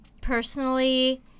personally